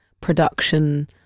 production